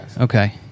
okay